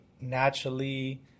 naturally